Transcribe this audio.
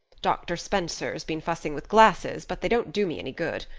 doctor spencer's been fussing with glasses, but they don't do me any good.